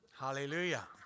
Hallelujah